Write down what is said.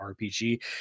RPG